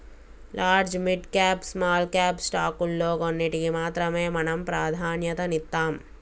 large, mid cap, small cap స్టాకుల్లో కొన్నిటికి మాత్రమే మనం ప్రాధన్యతనిత్తాం